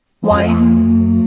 Wine